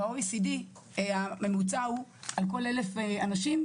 ב-OECD הממוצע הוא על כל 1,000 אנשים